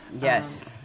Yes